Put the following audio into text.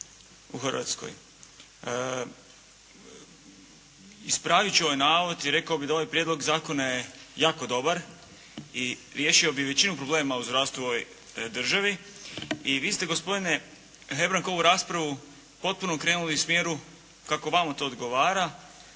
u Hrvatskoj. Ispravit ću ovaj navod i rekao bi da ovaj prijedlog zakona je jako dobar i riješio bi većinu problema u zdravstvu u ovoj državi. I vi ste gospodine Hebrang ovu raspravu potpuno okrenuli u smjeru kako vama to odgovara.